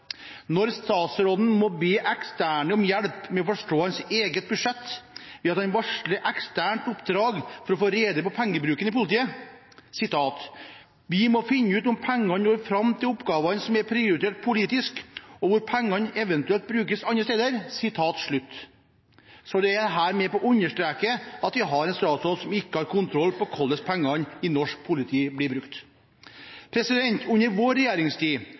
Statsråden må be eksterne om hjelp med å forstå eget budsjett, ja det varsles om eksternt oppdrag for å få rede på pengebruken i politiet: «Vi må finne ut om pengene når frem til oppgavene som er prioritert politisk, og hvor pengene eventuelt brukes andre steder.» Det er med på å understreke at vi har en statsråd som ikke har kontroll på hvordan pengene i norsk politi blir brukt. Under vår regjeringstid